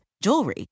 jewelry